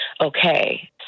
okay